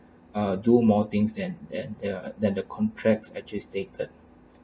ah do more things than than their than their contracts actually stated